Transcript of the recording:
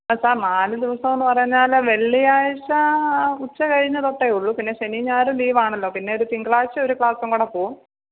sir നാല് ദിവസമെന്ന് പറഞ്ഞാല് വെള്ളിയാഴ്ച ഉച്ച കഴിഞ്ഞ് തൊട്ടേ ഉള്ളൂ പിന്നെ ശനിയും ഞായറും ലീവ് ആണല്ലോ പിന്നെ ഒരു തിങ്കളാഴ്ച ഒരു ക്ലാസ്സും കൂടെ പോകും